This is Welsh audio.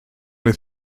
oedd